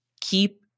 keep